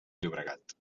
llobregat